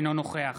אינו נוכח